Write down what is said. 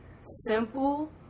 simple